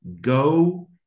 go